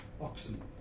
oxen